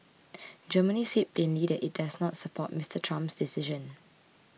Germany said plainly that it does not support Mister Trump's decision